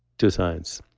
to science,